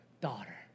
daughter